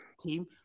team